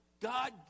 god